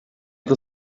the